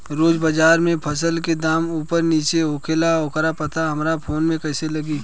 रोज़ बाज़ार मे फसल के दाम ऊपर नीचे होखेला त ओकर पता हमरा फोन मे कैसे लागी?